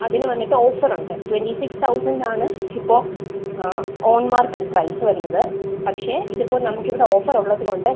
അതിന് വന്നിട്ട് ഓഫറുണ്ട് ട്വൻറ്റി സിക്സ് തൗസൻഡ് ആണ് ഇപ്പോൾ ആ ഓൺ മാർക്കറ്റ് പ്രൈസ് വരുന്നത് പക്ഷെ ഇത് ഇപ്പോൾ നമുക്ക് ഇവിടെ ഓഫർ ഉള്ളത് കൊണ്ട്